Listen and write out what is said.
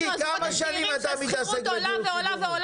שהשכירות עולה ועולה.